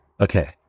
Okay